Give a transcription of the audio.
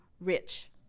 rich